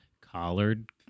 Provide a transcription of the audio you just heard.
collard